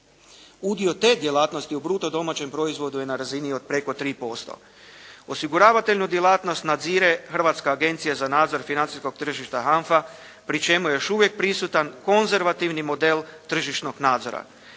Udio te djelatnosti u bruto domaćem proizvodu je na razini od preko 3%. Osiguravateljnu djelatnost nadzire Hrvatska agencija za nadzor financijskog tržišta …/Govornik se ne razumije./… pri čemu je još uvijek prisutan konzervativni model tržišnog nadzora.